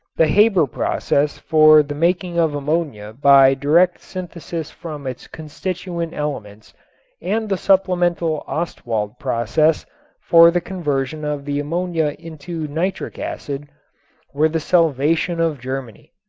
the haber process for the making of ammonia by direct synthesis from its constituent elements and the supplemental ostwald process for the conversion of the ammonia into nitric acid were the salvation of germany.